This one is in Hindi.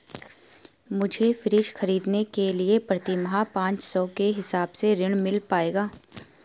मुझे फ्रीज खरीदने के लिए प्रति माह पाँच सौ के हिसाब से ऋण मिल पाएगा?